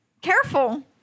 Careful